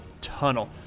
tunnel